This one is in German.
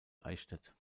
eichstätt